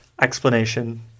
Explanation